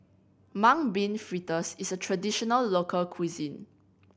Mung Bean Fritters is a traditional local cuisine